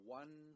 one